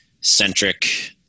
centric